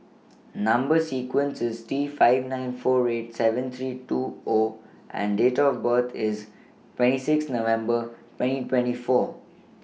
Number sequence IS T five nine four eight seven three two O and Date of birth IS twenty six November twenty twenty four